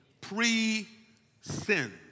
Pre-sin